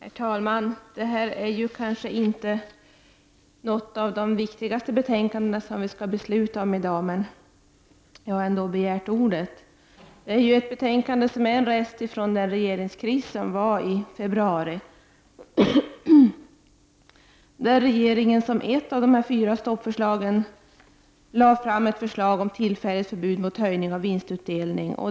Herr talman! Det här är kanske inte något av de viktigaste betänkandena som vi skall besluta om i dag, men jag har ändå begärt ordet. Det är ett betänkande som är en rest ifrån regeringskrisen i februari. Som ett av de fyra stoppförslagen lade regeringen fram ett förslag om tillfälligt förbud mot höjning av vinstutdelning.